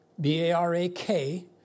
B-A-R-A-K